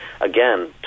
again